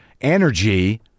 energy